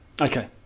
Okay